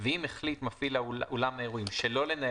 ואם החליט מפעיל אולם האירועים שלא לנהל